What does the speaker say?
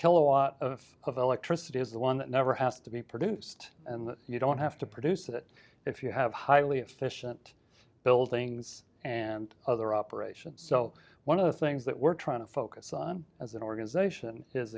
kilowatt of of electricity is the one that never has to be produced and you don't have to produce it if you have highly efficient buildings and other operations so one of the things that we're trying to focus on as an organization is